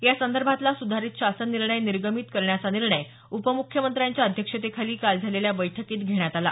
यासंदर्भातला सुधारित शासन निर्णय निर्गमित करण्याचा निर्णय उपम्ख्यमंत्र्यांच्या अध्यक्षतेखाली काल झालेल्या बैठकीत घेण्यात आला